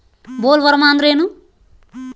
Bollworm ಅಂದ್ರೇನು?